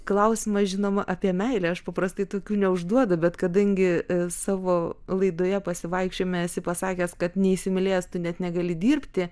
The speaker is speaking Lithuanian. klausimas žinoma apie meilę aš paprastai tokių neužduoda bet kadangi savo laidoje pasivaikščiojimai esi pasakęs kad neįsimylėjęs tu net negali dirbti